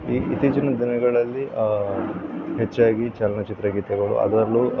ಈ ಇತ್ತೀಚಿನ ದಿನಗಳಲ್ಲಿ ಹೆಚ್ಚಾಗಿ ಚಲನಚಿತ್ರಗೀತೆಗಳು ಅದರಲ್ಲೂ